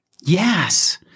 Yes